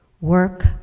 work